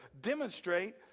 demonstrate